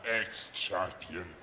ex-champion